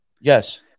Yes